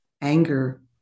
anger